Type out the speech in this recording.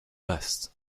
best